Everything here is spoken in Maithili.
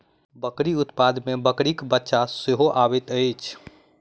बकरी उत्पाद मे बकरीक बच्चा सेहो अबैत छै